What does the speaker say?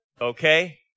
Okay